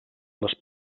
les